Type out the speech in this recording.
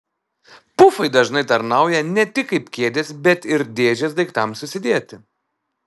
pufai dažnai tarnauja ne tik kaip kėdės bet ir dėžės daiktams susidėti